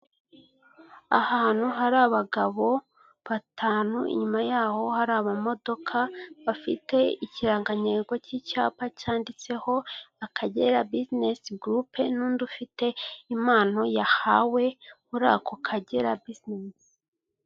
Icyumba cy'inama kirimo abantu cumi na babiri. Babiri muri bo bambaye amasengeri y'akazi, bicaye ku ntebe z'umukara bakikije ameza y'umuhondo. Hari ingofero y'akazi, amacupa y'amazi yo kunywa, ikayi, n'ikaramu. Bicaye bari kuganira, bari mu nama.